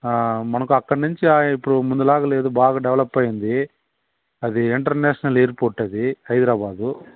ఆ మనకి అక్కడనుంచి ఇప్పుడు ముందులాగా లేదు బాగా డెవలప్ అయ్యింది అది ఇంటర్నేషనల్ ఎయిర్పోర్టు అది హైదరాబాదు